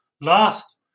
last